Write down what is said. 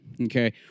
Okay